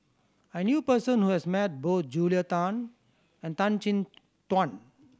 I knew person who has met both Julia Tan and Tan Chin Tuan